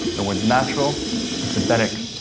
the words natural and synthetic,